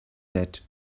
that